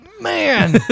Man